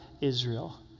Israel